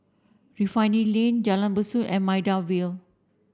Refinery Lane Jalan Besut and Maida Vale